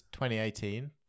2018